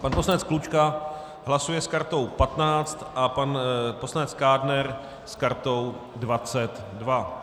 Pan poslanec Klučka hlasuje s kartou 15 a pan poslanec Kádner s kartou 22.